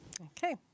okay